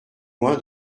loin